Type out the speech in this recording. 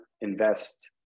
invest